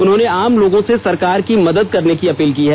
उन्होंने आम लोगों से सरकार की मदद करने की अपील की है